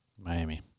Miami